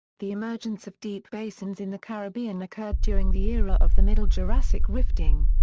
the emergence of deep basins in the caribbean occurred during the era of the middle jurassic rifting.